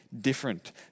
different